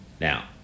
now